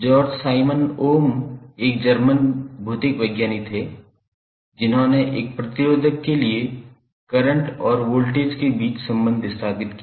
George Simon Ohm एक German भौतिक विज्ञानी थे जिन्होंने एक प्रतिरोधक के लिए करंट और वोल्टेज के बीच संबंध विकसित किया